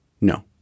No